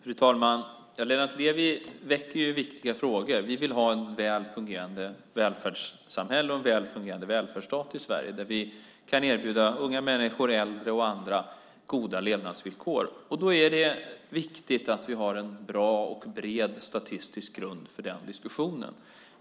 Fru talman! Lennart Levi väcker viktiga frågor. Vi vill ha ett väl fungerande välfärdssamhälle och en väl fungerande välfärdsstat i Sverige där vi kan erbjuda unga människor, äldre och andra goda levnadsvillkor. Då är det viktigt att vi har en bra och bred statistisk grund för den diskussionen.